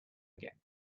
again